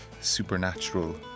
supernatural